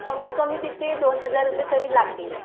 कमीत कमी तिथे दोन हजार रुपये तरी लागतील